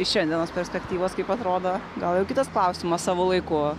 iš šiandienos perspektyvos kaip atrodo gal jau kitas klausimas savo laiku